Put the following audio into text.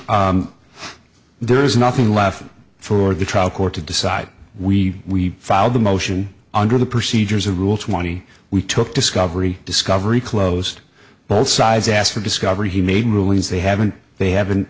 comma there is nothing left for the trial court to decide we filed the motion under the procedures a rule twenty we took discovery discovery closed both sides asked for discovery he made rulings they haven't they haven't